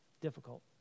difficult